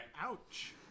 Ouch